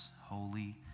holy